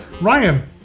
Ryan